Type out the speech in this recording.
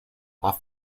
off